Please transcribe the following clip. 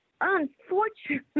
unfortunate